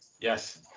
Yes